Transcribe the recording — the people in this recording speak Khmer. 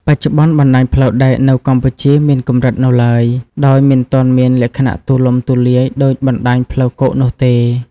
បច្ចុប្បន្ន បណ្ដាញផ្លូវដែកនៅកម្ពុជាមានកម្រិតនៅឡើយ ដោយមិនទាន់មានលក្ខណៈទូលំទូលាយដូចបណ្តាញផ្លូវគោកនោះទេ។